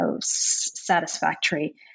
satisfactory